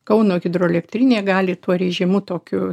kauno hidroelektrinė gali tuo režimu tokiu